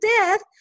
death